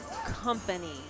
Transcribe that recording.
Company